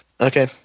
Okay